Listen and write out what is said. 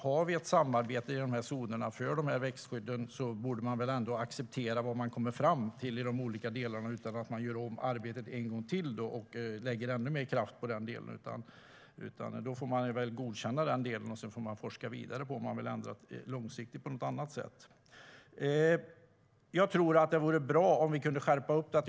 Har vi ett samarbete om växtskydd i de här zonerna borde man väl ändå acceptera det vi har kommit fram till i de olika delarna utan att göra om arbetet en gång till och lägga ännu mer kraft på den delen. Då får man väl godkänna den delen och sedan forska vidare på om man vill ändra långsiktigt på något annat sätt. Jag tror att det vore bra om vi kunde skärpa detta.